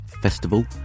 Festival